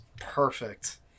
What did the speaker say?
perfect